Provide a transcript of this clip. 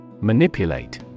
Manipulate